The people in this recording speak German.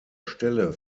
stelle